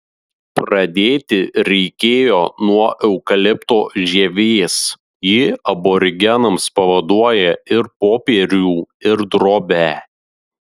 pradėti reikėjo nuo eukalipto žievės ji aborigenams pavaduoja ir popierių ir drobę